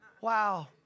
Wow